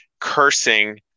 cursing